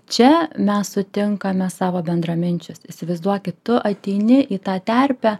čia mes sutinkame savo bendraminčius įsivaizduokit tu ateini į tą terpę